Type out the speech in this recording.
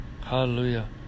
Hallelujah